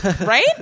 right